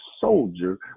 soldier